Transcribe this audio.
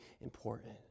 important